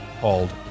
called